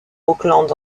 oakland